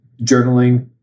journaling